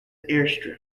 airstrip